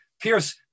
Pierce